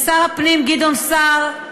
לשר הפנים גדעון סער,